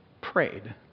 prayed